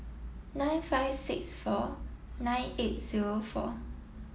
nine five six four nine eight zero four